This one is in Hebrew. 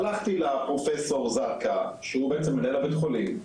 הלכתי לפרופסור זרקא, שהוא בעצם מנהל בית החולים,